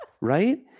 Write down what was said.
right